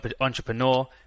entrepreneur